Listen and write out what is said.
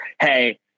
Hey